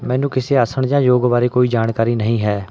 ਮੈਨੂੰ ਕਿਸੇ ਆਸਣ ਜਾਂ ਯੋਗ ਬਾਰੇ ਜਾਣਕਾਰੀ ਨਹੀਂ ਹੈ